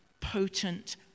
potent